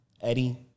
Eddie